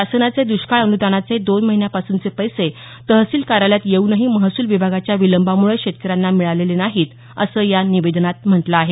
शासनाचे द्ष्काळ अनुदानाचे दोन महिन्यांपासूनचे पैसे तहसील कार्यालयात येऊनही महसूल विभागाच्या विलंबामुळे शेतकऱ्यांना मिळालेले नाही असं या निवेदनात म्हटल आहे